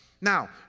Now